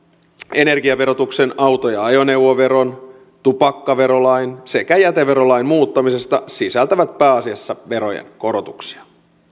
energia verotuksen auto ja ajoneuvoveron tupakkaverolain sekä jäteverolain muuttamisesta sisältävät pääasiassa verojen korotuksia